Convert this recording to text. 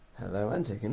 hello antigone.